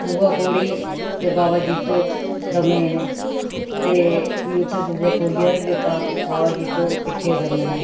बुआ कौड़ी ते बाबा जित्तो दोवें जनें ते फ्ही उत्थें बुआ कौड़ियै दा बी लेता बाबा जित्तो किट्ठे दोवें